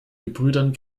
gebrüdern